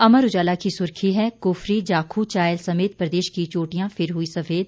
अमर उजाला की सुर्खी है कुफरी जाखू चायल समेत प्रदेश की चोटियां फिर हुई सफेद